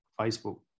Facebook